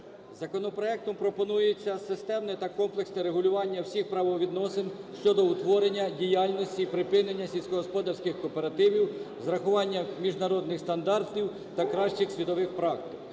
Законопроектом пропонується системне та комплексне регулювання всіх правовідносин щодо утворення діяльності і припинення сільськогосподарських кооперативів з врахуванням міжнародних стандартів та кращих світових практик.